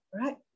right